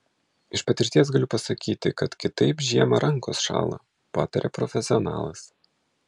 iš patirties galiu pasakyti kad kitaip žiemą rankos šąla pataria profesionalas